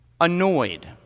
Annoyed